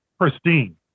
pristine